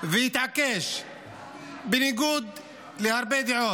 והתעקש בניגוד להרבה דעות.